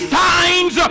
signs